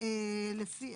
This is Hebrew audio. לפי